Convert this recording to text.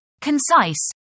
Concise